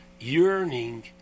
yearning